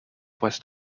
west